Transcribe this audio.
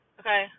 okay